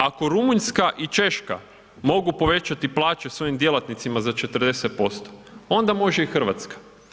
Ako Rumunjska i Češka mogu povećati plaće svojim djelatnicima za 40%, onda može i RH.